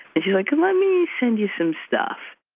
if you like. and let me send you some stuff